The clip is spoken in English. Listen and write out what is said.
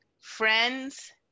friends